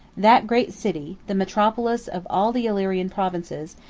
that great city, the metropolis of all the illyrian provinces,